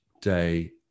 day